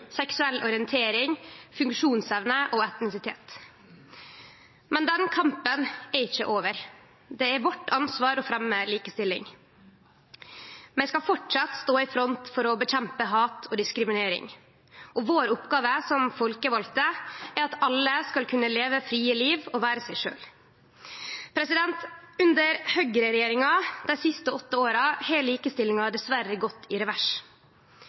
seksuell orientering, funksjonsevne og etnisitet. Men den kampen er ikkje over. Det er vårt ansvar å fremje likestilling. Vi skal fortsatt stå i front for å nedkjempe hat og diskriminering, og vår oppgåve som folkevalde er at alle skal kunne leve frie liv og vere seg sjølve. Under Høgre-regjeringa dei siste åtte åra har likestillinga dessverre gått i revers.